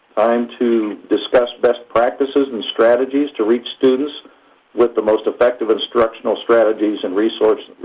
time to discuss best practices and strategies to reach students with the most effective instructional strategies and resources.